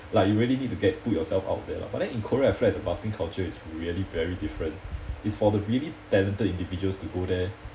like you really need to get put yourself out there lah but then in korea I feel like the busking culture is really very different it's for the really talented individuals to go there